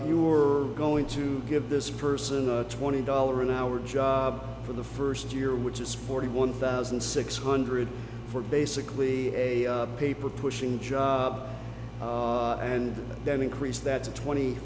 're going to give this person a twenty dollar an hour job for the first year which is forty one thousand six hundred for basically a paper pushing and then increase that to twenty